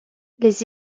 les